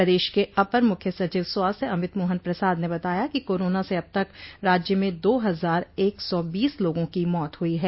प्रदेश के अपर मुख्य सचिव स्वास्थ्य अमित मोहन प्रसाद ने बताया कि कोराना से अब तक राज्य में दो हजार एक सौ बीस लोगों की मौत हुई है